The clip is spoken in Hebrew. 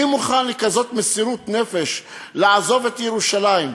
מי מוכן בכזאת מסירות נפש לעזוב את ירושלים,